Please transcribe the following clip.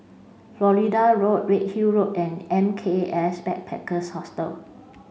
Florida Road Redhill Road and M K S Backpackers Hostel